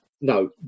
no